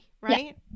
right